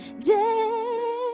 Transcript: day